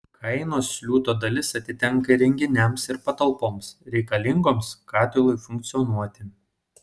kainos liūto dalis atitenka įrenginiams ir patalpoms reikalingoms katilui funkcionuoti